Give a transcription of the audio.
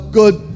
good